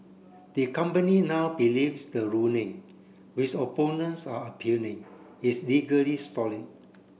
the company now believes the ruling which opponents are appealing is legally solid